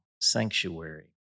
Sanctuary